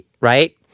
right